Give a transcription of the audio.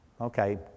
Okay